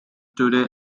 today